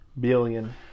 Billion